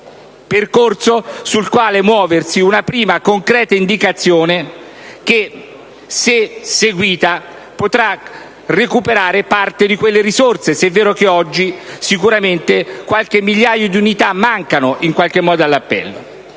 percorso sul quale muoversi, una prima concreta indicazione che, se seguita, potrà recuperare parte di quelle risorse, se è vero che oggi sicuramente alcune migliaia di unità mancano all'appello.